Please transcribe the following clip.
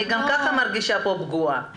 אני גם כך מרגישה פה פגועה בשמכם.